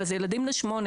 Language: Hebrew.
הרי אלה ילדים בני שמונה